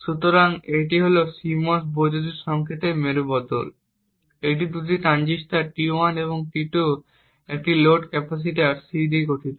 সুতরাং এটি হল CMOS বৈদ্যুতিন সংকেতের মেরু বদল এটি দুটি ট্রানজিস্টর T1 এবং T2 এবং একটি লোড ক্যাপাসিটর C নিয়ে গঠিত